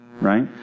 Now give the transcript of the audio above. right